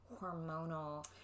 hormonal